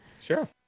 Sure